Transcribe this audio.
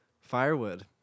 Firewood